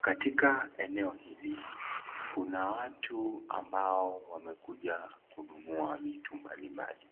Katika eneo hili, kuna watu ambao wamekuja kununua vitu mbalimbali.